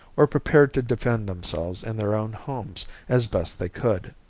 or prepared to defend themselves in their own homes as best they could.